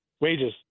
Wages